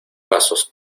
pasos